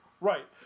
Right